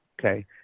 okay